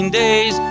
days